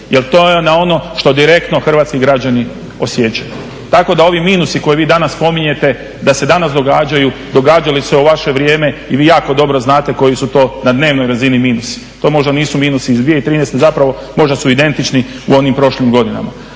Jel to je ono što direktno hrvatski građani osjećaju. Tako da ovi minusi koje vi danas spominjete da se danas događaju događali su se i u vaše vrijeme i vi jako dobro znate koji su to na dnevnoj razini minusi. To možda nisu minusi iz 2013.zapravo možda su identični u onim prošlim godinama.